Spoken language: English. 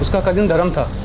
like cousin dharam and